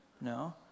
No